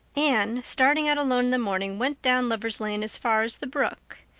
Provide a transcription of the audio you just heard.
anne, starting out alone in the morning, went down lover's lane as far as the brook.